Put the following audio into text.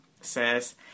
says